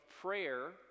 prayer